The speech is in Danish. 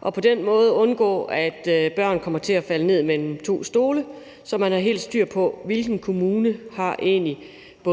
og på den måde undgå, at børn kommer til at falde ned mellem to stole, sådan at man har helt styr på, hvilken kommune der har